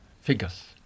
figures